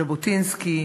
ז'בוטינסקי,